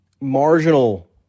marginal